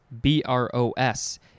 B-R-O-S